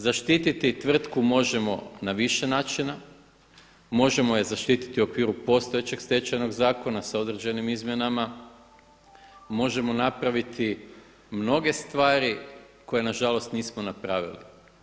Zaštititi tvrtku možemo na više načina, možemo je zaštititi u okviru postojećeg Stečajnog zakona sa određenim izmjenama, možemo napraviti mnoge stvari koje nažalost nismo napravili.